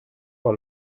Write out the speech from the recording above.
par